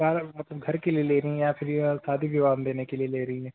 कारण मतलब घर के लिए लेनी है या फिर यह शादी विवाह में लेने के लिए ले रही है